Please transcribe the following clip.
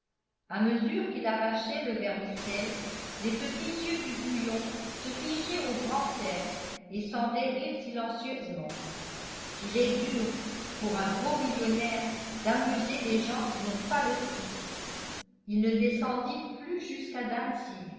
à mesure qu'il arrachait le vermicelle les petits yeux du bouillon se figeaient au grand air et semblaient rire silencieusement qu'il est dur pour un gros millionnaire d'amuser les gens qui n'ont pas le sou il ne descendit plus jusqu'à dantzig